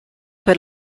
per